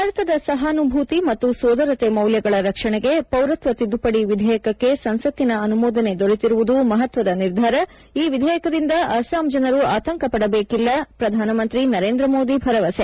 ಭಾರತದ ಸಹಾನುಭೂತಿ ಮತ್ತು ಸೋದರತೆ ಮೌಲ್ಯಗಳ ರಕ್ಷಣೆಗೆ ಪೌರತ್ಸ ತಿದ್ದುಪದಿ ವಿಧೇಯಕಕ್ಕೆ ಸಂಸತ್ತಿನ ಅನುಮೋದನೆ ದೊರೆತಿರುವುದು ಮಹತ್ಸದ ನಿರ್ಧಾರ ಈ ವಿಧೇಯಕದಿಂದ ಅಸ್ಪಾಂ ಜನರು ಆತಂಕಪಡಬೇಕಾಗಿಲ್ಲ ಪ್ರಧಾನಮಂತ್ರಿ ನರೇಂದ್ರ ಮೋದಿ ಭರವಸೆ